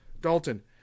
dalton